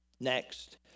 Next